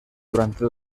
durante